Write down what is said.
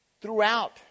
Throughout